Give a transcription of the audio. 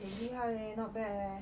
eh 厉害 leh not bad leh